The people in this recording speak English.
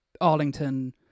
Arlington